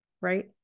right